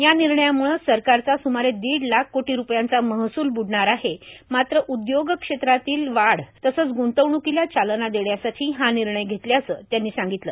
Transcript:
या निर्णयाम्ळे सरकारचा सुमारे दीड लाख कोटी रुपयांचा महसूल ब्डणार आहे मात्र उद्योग क्षेत्रातली वाढ तसंच गूंतवण्कीला चालना देण्यासाठी हा निर्णय घेतल्याचं त्यांनी सांगितलं